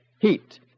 Heat